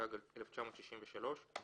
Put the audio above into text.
התשע"ז-2017 (להלן התקנות העיקריות),